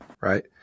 right